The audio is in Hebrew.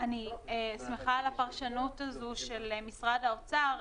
אני שמחה על הפרשנות הזו של משרד האוצר.